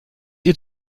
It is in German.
ihr